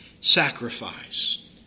sacrifice